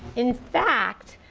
in fact,